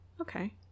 okay